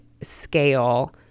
scale